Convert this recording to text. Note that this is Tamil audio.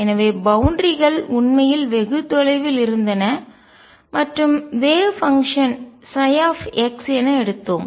எனவே பவுண்டரிகள் எல்லைகள் உண்மையில் வெகு தொலைவில் இருந்தன மற்றும் வேவ் பங்ஷன் அலை செயல்பாடு ψ என எடுத்தோம்